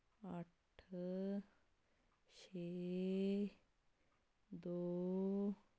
ਅੱਠ ਛੇ ਦੋ